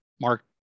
Mark